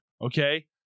okay